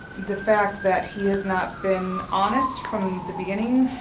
the fact that he has not been honest from the beginning.